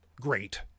great